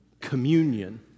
communion